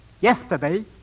Yesterday